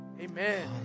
Amen